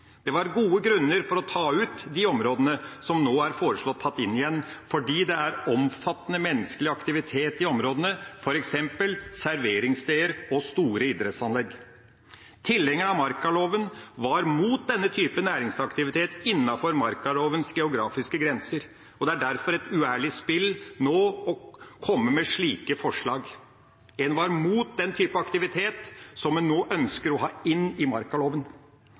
Det var gode grunner for å ta ut de områdene som nå er foreslått tatt inn igjen, fordi det er omfattende menneskelig aktivitet i områdene, f.eks. serveringssteder og store idrettsanlegg. Tilhengerne av markaloven var mot denne typen næringsaktivitet innenfor markalovens geografiske grenser. Det er derfor et uærlig spill å komme nå med slike forslag. En var mot den type aktivitet som en nå ønsker å ha inn i markaloven.